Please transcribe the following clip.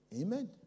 Amen